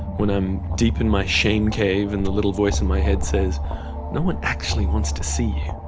when i'm deep in my shame cave and the little voice in my head says no one actually wants to see you,